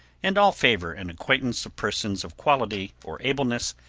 and all favor and acquaintance of persons of quality or ableness,